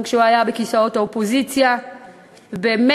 גם